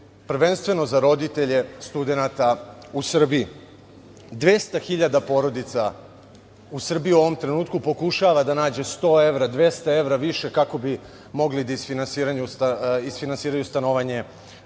prvenstveno za roditelje studenata u Srbiji. Dvesta hiljada porodica u Srbiji u ovom trenutku pokušava da nađe 100 evra, 200 evra više, kako bi mogli da isfinansiraju stanovanje svoje